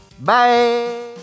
Bye